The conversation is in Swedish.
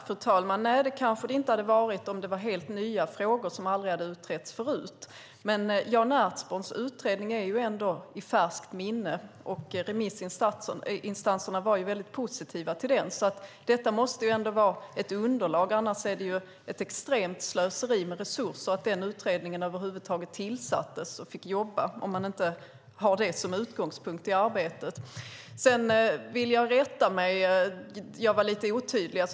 Fru talman! Nej, det kanske det inte hade varit om det varit helt nya frågor som aldrig hade utretts förut. Men Jan Ertsborns utredning är i färskt minne, och remissinstanserna var väldigt positiva till den, så den måste ändå vara ett underlag. Det är ju ett extremt slöseri med resurser att utredningen över huvud taget tillsattes och fick jobba om man inte har den som utgångspunkt i arbetet. Sedan vill jag rätta mig. Jag var lite otydlig.